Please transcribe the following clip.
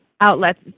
outlets